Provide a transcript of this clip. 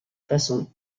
façon